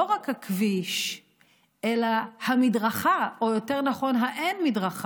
לא רק הכביש אלא המדרכה, או יותר נכון האין-מדרכה,